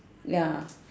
ya